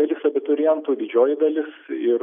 dalis abiturientų didžioji dalis ir